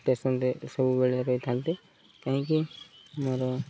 ଷ୍ଟେସନରେ ସବୁବେଳେ ରହିଥାନ୍ତି କାହିଁକି ଆମର